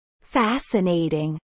Fascinating